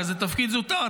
כזה תפקיד זוטר,